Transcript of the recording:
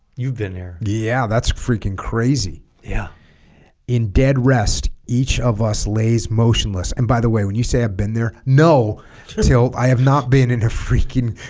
you've been there yeah that's freaking crazy yeah in dead rest each of us lays motionless and by the way when you say i've been there no tilt i have not been in a freaking